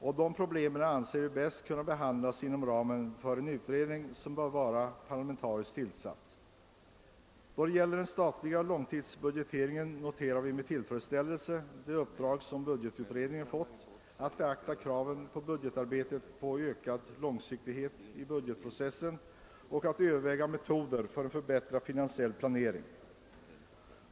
Dessa problem anser vi bäst kunna behandlas inom ramen för en utredning, som bör vara parlamentariskt tillsatt. Vad gäller den statliga långsiktsbudgeteringen noterar vi med tillfredsställelse det uppdrag som budgetutredningen fått att beakta kraven på ökad långsiktighet i budgetprocessen och överväga metoder för en förbättrad finansiell planering.